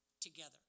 together